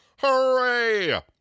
Hooray